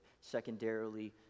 secondarily